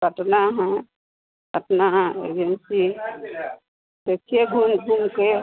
पटना है पटना एजेंसी देखिए घूम घूमकर